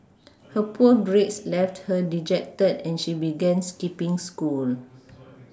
her poor grades left her dejected and she began skipPing school